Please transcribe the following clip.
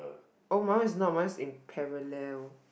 oh my one is not my one is in parallel